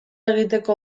egiteko